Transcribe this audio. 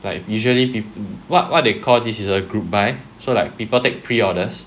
like usually peop~ what what they call this is a group buy so like people take pre orders